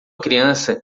criança